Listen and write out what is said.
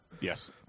Yes